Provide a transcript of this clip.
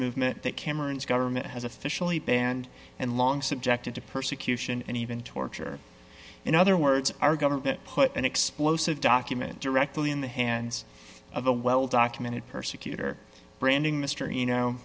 movement that cameron's government has officially banned and long subjected to persecution and even torture in other words our government put an explosive document directly in the hands of a well documented persecutor branding mr you know